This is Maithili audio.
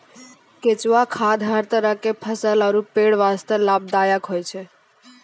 केंचुआ खाद हर तरह के फसल आरो पेड़ वास्तॅ लाभदायक होय छै